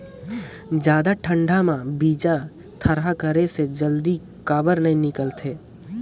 जादा ठंडा म बीजा थरहा करे से जल्दी काबर नी निकलथे?